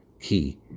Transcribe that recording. key